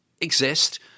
exist